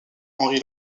henri